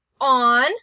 on